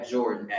Jordan